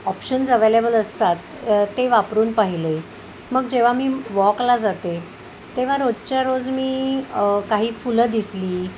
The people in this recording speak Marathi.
ऑप्शन्स अवेलेबल असतात ते वापरून पाहिले मग जेव्हा मी वॉकला जाते तेव्हा रोजच्या रोज मी काही फुलं दिसली